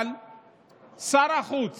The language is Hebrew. אבל שר החוץ